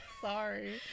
Sorry